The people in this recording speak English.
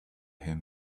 him